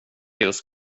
just